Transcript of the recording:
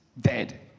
dead